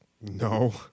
No